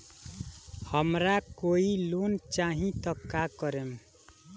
हमरा कोई लोन चाही त का करेम?